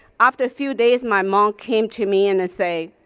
after a few days my mom came to me and and say,